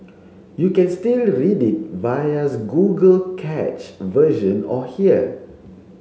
you can still read it vias Google cached version or here